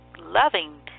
loving